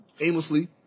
aimlessly